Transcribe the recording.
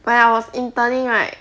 when I was interning right